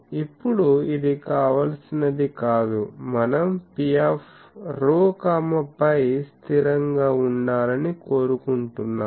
ఇప్పుడు ఇది కావాల్సినది కాదు మనం Pρ φ స్థిరంగా ఉండాలని కోరుకుంటున్నాము